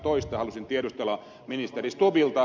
halusin tiedustella ministeri stubbilta